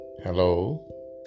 Hello